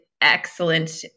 excellent